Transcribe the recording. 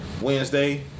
Wednesday